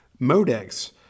Modex